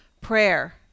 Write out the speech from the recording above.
prayer